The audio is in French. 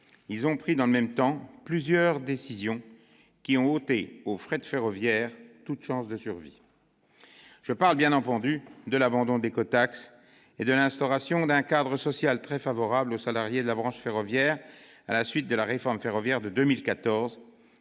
ils ont pris, dans le même temps, plusieurs décisions qui lui ont ôté toute chance de survie. Je parle bien entendu de l'abandon de l'écotaxe et de l'instauration d'un cadre social très favorable aux salariés de la branche ferroviaire à la suite de la loi portant réforme ferroviaire de 2014,